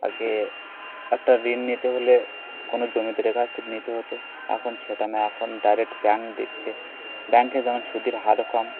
আগে একটা ঋণ নিতে হলে কোনো জমিদারের কাছ নিতে হতো এখন সেটা নায় এখন ডিরেক্ট ব্যাঙ্ক দিচ্ছে ব্যাঙ্কে যেমন সুদের হার কম